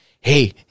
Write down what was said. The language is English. hey